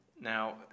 Now